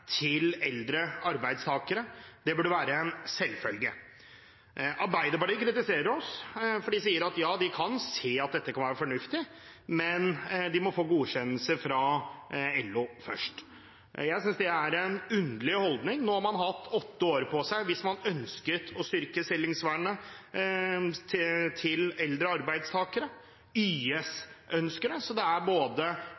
for eldre arbeidstakere. Det burde være en selvfølge. Arbeiderpartiet kritiserer oss. De sier ja, dette kan være fornuftig, men de må få godkjennelse fra LO først. Det er en underlig holdning. Man har hatt åtte år på seg hvis man ønsket å styrke stillingsvernet for eldre arbeidstakere. YS ønsker dette. Så det er folk på både